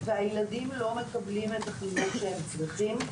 והילדים לא מקבלים את החינוך שהם צריכים,